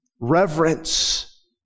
Reverence